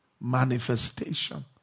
Manifestation